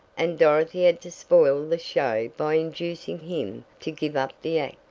and dorothy had to spoil the show by inducing him to give up the act.